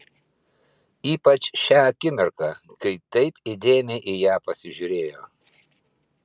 ypač šią akimirką kai taip įdėmiai į ją pasižiūrėjo